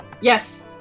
Yes